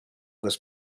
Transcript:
this